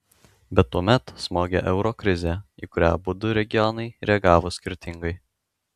bet tuomet smogė euro krizė į kurią abudu regionai reagavo skirtingai